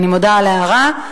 אני מודה על ההערה,